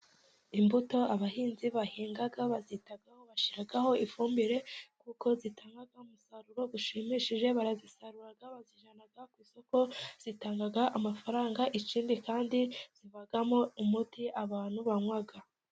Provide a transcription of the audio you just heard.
Imbuto abahinzi bahinga bazitaho, bazishyiraho ifumbire kuko zitanga umusaruro ushimishije, barazisarura bazijyana ku isoko zitanga amafaranga, ikindi kandi zivamo umuti abantu banywa.